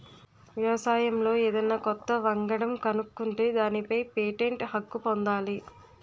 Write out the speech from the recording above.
వ్యవసాయంలో ఏదన్నా కొత్త వంగడం కనుక్కుంటే దానిపై పేటెంట్ హక్కు పొందాలి